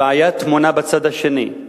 הבעיה טמונה בצד השני.